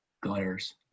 glares